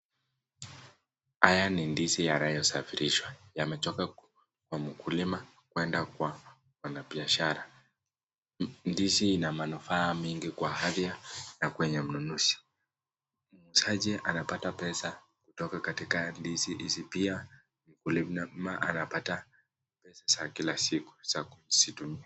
Haya ni ndizi yanayosafirishwa yanatoka Kwa mkulima unaenda Kwa mwanabiashara, ndizi Iko na manifaa mingi Kwa afya na kwnye mnunuzi muuzaji anapata pesa ndizi isipia mkulima anapata za Kila siku za kutumia.